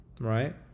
right